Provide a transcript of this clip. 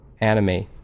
anime